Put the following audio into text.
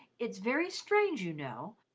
it's very strange, you know,